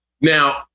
Now